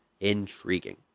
Intriguing